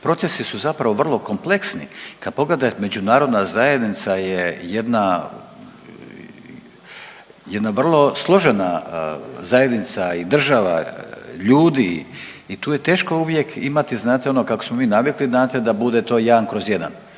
procesu su zapravo vrlo kompleksni. Kad pogledate međunarodna zajednica je jedna, jedna vrlo složena zajednica i država, ljudi i tu je teško uvijek imati znate ono kako smo mi navikli znate da bude to 1/1. To morate